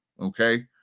Okay